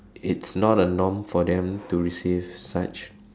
it's not a norm for them to receive such